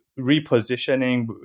repositioning